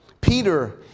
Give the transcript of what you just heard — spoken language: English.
Peter